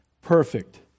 perfect